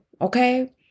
okay